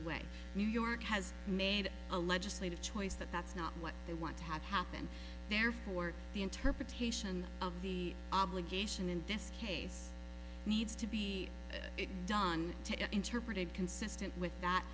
away new york has made a legislative choice that that's not what they want to have happen therefore the interpretation of the obligation in disc case needs to be done to interpret it consistent with that